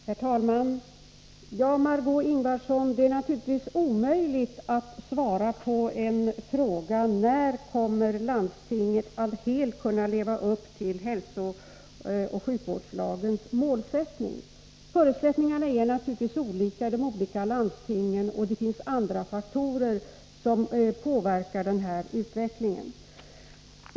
Herr talman! Det är, Margé Ingvardsson, naturligtvis omöjligt att ge besked om när landstingen kommer att helt kunna leva upp till hälsooch sjukvårdslagens målsättning. Förutsättningarna är givetvis olika i de olika landstingen, och även andra faktorer påverkar denna utveckling.